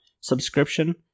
subscription